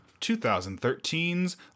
2013's